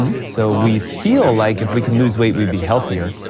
so we feel like if we can lose weight we'd be healthier.